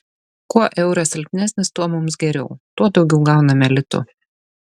kuo euras silpnesnis tuo mums geriau tuo daugiau gauname litų